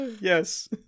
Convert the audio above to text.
Yes